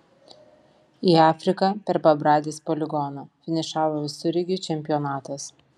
į afriką per pabradės poligoną finišavo visureigių čempionatas